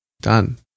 Done